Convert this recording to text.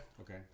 Okay